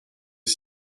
est